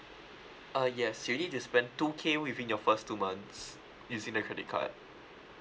uh yes you need to spend two K within your first two months using the credit card